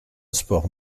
sport